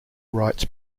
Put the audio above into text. writes